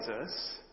Jesus